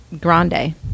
Grande